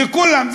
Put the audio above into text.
לכולם.